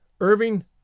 Irving